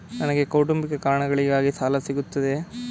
ನನಗೆ ಕೌಟುಂಬಿಕ ಕಾರಣಗಳಿಗಾಗಿ ಸಾಲ ಸಿಗುತ್ತದೆಯೇ?